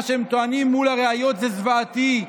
מה שהם טוענים מול הראיות, זוועתי.